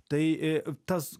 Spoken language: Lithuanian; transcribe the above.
tai tas